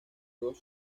dos